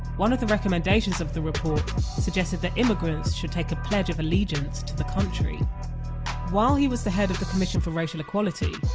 one of the recommendations of the report suggested that immigrants should take a pledge of allegiance to the country while he was the head of the commission for racial equality,